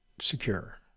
secure